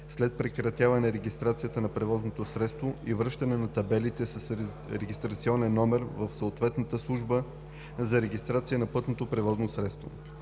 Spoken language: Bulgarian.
след прекратяване регистрацията на превозното средство и връщане на табелите с регистрационен номер в съответната служба за регистрация на пътното превозно средство.